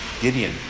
Gideon